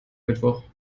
mittwoch